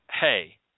hey